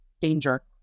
danger